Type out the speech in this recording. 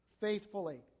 faithfully